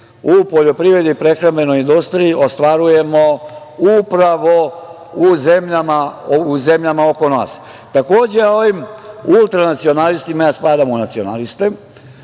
u poljoprivredi i prehrambenoj industriji ostvarujemo upravo u zemljama oko nas. Takođe, ovim ultranacionalistima, ja spadam u nacionaliste,